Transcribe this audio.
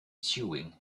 sewing